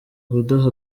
kudaha